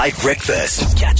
breakfast